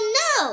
no